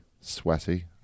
sweaty